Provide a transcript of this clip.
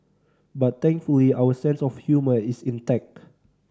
but thankfully our sense of humour is intact